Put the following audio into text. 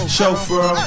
Chauffeur